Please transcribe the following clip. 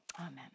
Amen